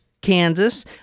Kansas